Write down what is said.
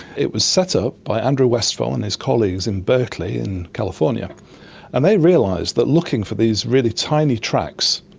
it was set up by andrew westphal and his colleagues in berkeley in california and they realised that looking for these really tiny tracks,